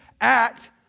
act